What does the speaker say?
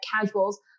casuals